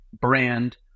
brand